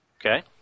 Okay